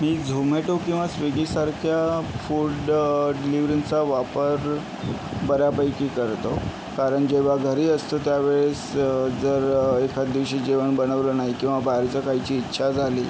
मी झोमॅटो किंवा स्विगीसारख्या फूड डिलिवरींचा वापर बऱ्यापैकी करतो कारण जेव्हा घरी असतो त्यावेळेस जर एखाद दिवशी जेवण बनवलं नाही किंवा बाहेरचं खायची इच्छा झाली